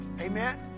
Amen